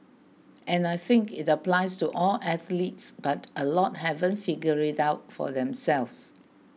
and I think it applies to all athletes but a lot haven't figured it out for themselves